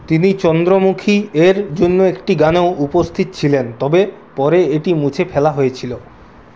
তিনি চন্দ্রমুখীর জন্য একটি গানেও উপস্থিত ছিলেন তবে পরে এটি মুছে ফেলা হয়েছিল